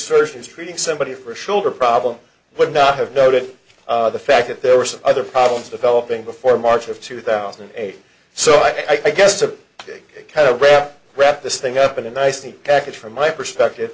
surgeon is treating somebody for a shoulder problem would not have noted the fact that there were some other problems developing before march of two thousand and eight so i guess a big wrap this thing up in a nice neat package from my perspective